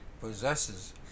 possesses